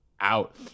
out